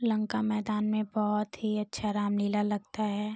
लंका मैदान में बहुत ही अच्छा राम लीला लगता है